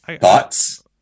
thoughts